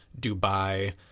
Dubai